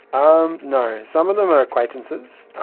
um no, some of them are acquaintances,